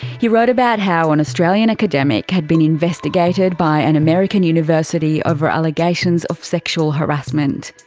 he wrote about how an australian academic had been investigated by an american university over allegations of sexual harassment.